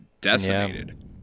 Decimated